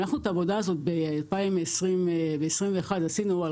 אנחנו את העבודה הזאת בתחילת 2022 עשינו על